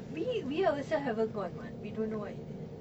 we we also haven't gone [what] we don't know what it is